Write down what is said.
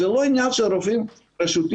זה לא עניין של רופאים רשותיים